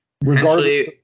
Regardless